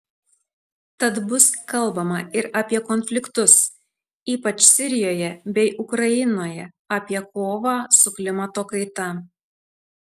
tad bus kalbama ir apie konfliktus ypač sirijoje bei ukrainoje apie kovą su klimato kaita